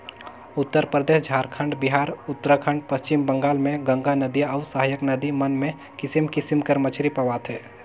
उत्तरपरदेस, झारखंड, बिहार, उत्तराखंड, पच्छिम बंगाल में गंगा नदिया अउ सहाएक नदी मन में किसिम किसिम कर मछरी पवाथे